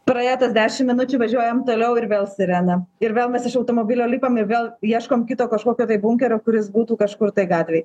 praėjo tas dešim minučių važiuojam toliau ir vėl sirena ir vėl mes iš automobilio lipam ir vėl ieškom kito kažkokio tai bunkerio kuris būtų kažkur tai gatvėj